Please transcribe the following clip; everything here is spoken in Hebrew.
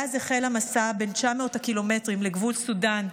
ואז החל המסע בן 900 הקילומטרים לגבול סודן.